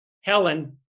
Helen